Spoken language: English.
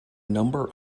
number